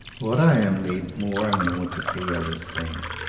what i am led more and more to feel is that,